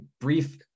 brief